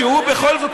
שהוא בכל זאת,